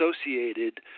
associated